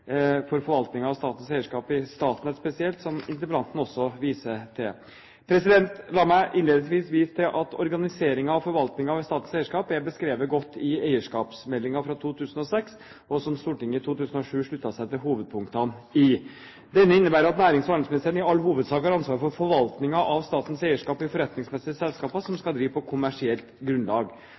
for forvaltningen av statens eierskap i Statnett spesielt, som interpellanten også viser til. La meg innledningsvis vise til at organiseringen av forvaltningen av statens eierskap er godt beskrevet i eierskapsmeldingen fra 2006, som Stortinget våren 2007 sluttet seg til hovedpunktene i. Denne innebærer at nærings- og handelsministeren i all hovedsak har ansvaret for forvaltningen av statens eierskap i forretningsmessige selskaper som skal drives på kommersielt grunnlag.